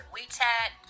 WeChat